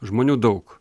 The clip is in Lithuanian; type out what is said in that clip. žmonių daug